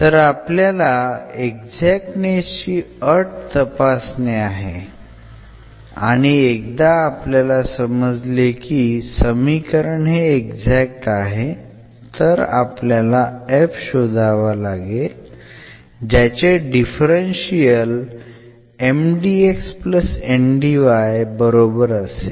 तर आपल्याला एक्झाक्टनेस ची अट तपासणे आहे आणि एकदा आपल्याला समजले की समीकरण हे एक्झॅक्ट आहे तर आपल्याला f शोधावा लागेल ज्याचे डिफरन्शियल बरोबर असेल